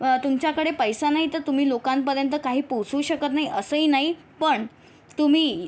तुमच्याकडे पैसा नाही तर तुम्ही लोकांपर्यंत काही पोहोचू शकत नाही असंही नाही पण तुम्ही